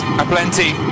aplenty